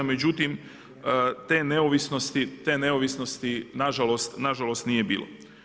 Međutim te neovisnosti, te neovisnosti nažalost, nažalost nije bilo.